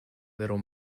little